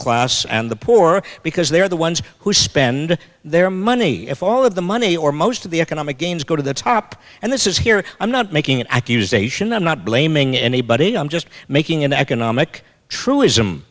class and the poor because they're the ones who spend their money if all of the money or most of the economic gains go to the top and this is here i'm not making an accusation i'm not blaming anybody i'm just making an economic truism